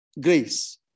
grace